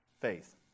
faith